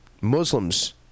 Muslims